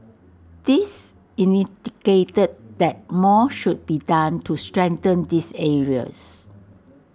this that more should be done to strengthen these areas